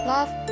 Love